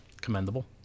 commendable